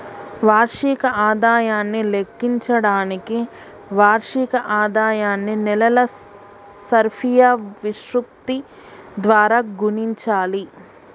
వార్షిక ఆదాయాన్ని లెక్కించడానికి వార్షిక ఆదాయాన్ని నెలల సర్ఫియా విశృప్తి ద్వారా గుణించాలి